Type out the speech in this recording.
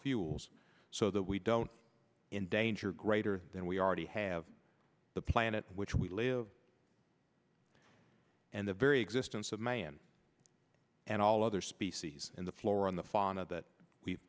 fuels so that we don't in danger greater than we already have the planet in which we live and the very existence of man and all other species in the floor on the font of that we